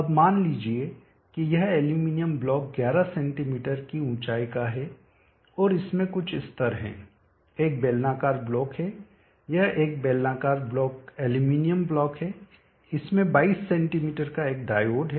अब मान लीजिए कि यह एल्यूमीनियम ब्लॉक 11 सेमी की ऊँचाई का है और इसमें कुछ स्तर है एक बेलनाकार ब्लॉक है यह एक बेलनाकार ब्लॉक एल्यूमीनियम ब्लॉक है इसमें 22 सेमी का एक डायोड है